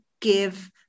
give